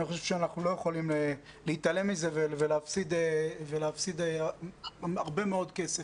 אני חושב שאנחנו לא יכולים להתעלם מזה ולהפסיד הרבה מאוד כסף.